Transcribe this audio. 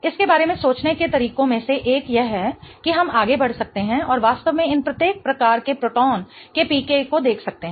इसके बारे में सोचने के तरीकों में से एक यह है कि हम आगे बढ़ सकते हैं और वास्तव में इन प्रत्येक प्रकार के प्रोटॉन के pKa को देख सकते हैं